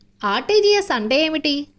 RTGS అంటే ఏమిటి?